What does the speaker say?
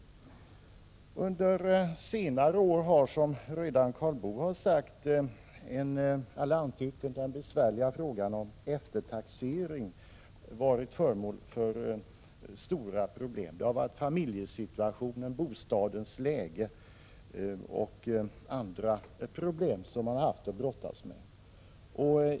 Under senare år har, som Karl Boo redan antytt, frågan om eftertaxering varit mycket besvärlig. Det har varit familjesituationen, bostadens läge och andra problem som man har haft att brottas med.